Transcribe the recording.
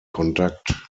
kontakt